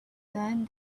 then